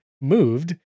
moved